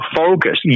focus